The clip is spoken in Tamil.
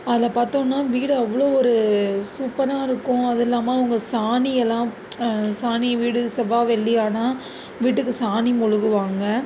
அதில் பாத்தோம்னா வீடு அவ்வளோ ஒரு சூப்பராக இருக்கும் அதுவும் இல்லாமல் அவங்க சாணியெல்லாம் சாணி வீடு செவ்வாய் வெள்ளி ஆனால் வீட்டுக்கு சாணி மொழுகுவாங்க